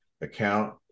account